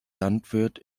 landwirt